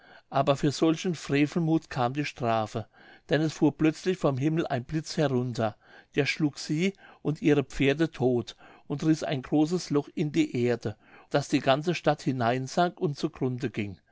aber für solchen frevelmuth kam die strafe denn es fuhr plötzlich vom himmel ein blitz herunter der schlug sie und ihre pferde todt und riß ein großes loch in die erde daß die ganze stadt hineinsank und zu grunde ging